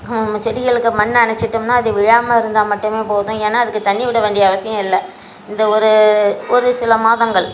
செடிகளுக்கு மண்ணை அணைச்சிட்டோம்னா அது விழாமல் இருந்தால் மட்டுமே போதும் ஏன்னால் அதுக்கு தண்ணி விட வேண்டிய அவசியம் இல்லை இந்த ஒரு ஒரு சில மாதங்கள்